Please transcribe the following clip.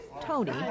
Tony